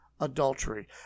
adultery